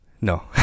no